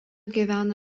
gyvena